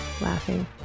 laughing